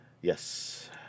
Yes